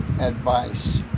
advice